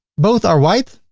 both are white.